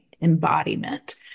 embodiment